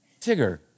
Tigger